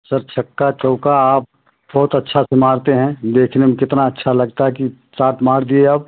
sir छक्का चौका आप बहुत अच्छा से मारते हैं देखने में कितना अच्छा लगता है कि शॉट मार दिए अब